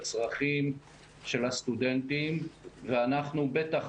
אני סומך על הצוותים של מתן כהנא ואורנה